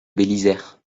bélisaire